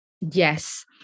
Yes